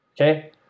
Okay